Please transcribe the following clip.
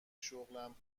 شغلم